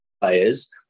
players